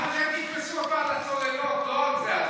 תתפסו אותו על הצוללות, לא על זה.